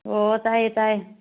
ꯑꯣ ꯇꯥꯏꯌꯦ ꯇꯥꯏꯌꯦ